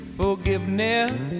forgiveness